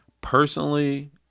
Personally